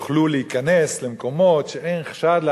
שהפקחים יוכלו להיכנס למקומות שאין חשד לעבירה,